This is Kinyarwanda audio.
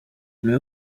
niwe